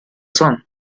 son